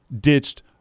ditched